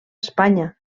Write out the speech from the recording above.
espanya